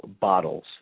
bottles